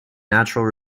natural